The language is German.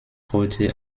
heute